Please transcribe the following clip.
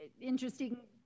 interesting